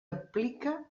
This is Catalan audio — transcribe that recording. aplica